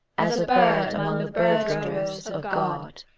as a bird among the bird-droves of god!